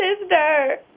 sister